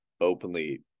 openly